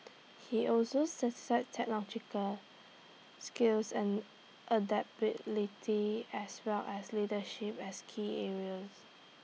he also cite cited technological skills and adaptability as well as leadership as key areas